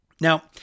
Now